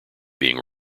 being